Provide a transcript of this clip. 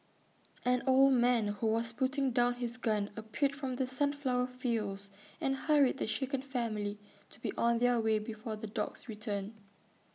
an old man who was putting down his gun appeared from the sunflower fields and hurried the shaken family to be on their way before the dogs return